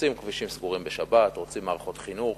רוצים כבישים סגורים בשבת, רוצים מערכות חינוך